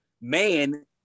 man